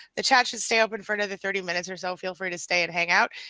the chat should stay open for another thirty minutes or so, feel free to stay and hang out.